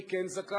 מי כן זכאי?